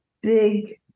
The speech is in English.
big